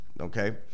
okay